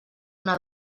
una